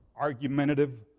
argumentative